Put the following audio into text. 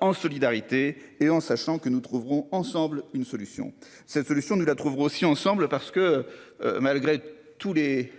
En solidarité et en sachant que nous trouverons ensemble une solution, cette solution ne la trouverons aussi ensemble parce que. Malgré tout les.